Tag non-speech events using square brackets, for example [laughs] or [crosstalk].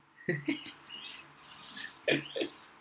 [laughs]